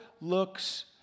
looks